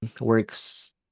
works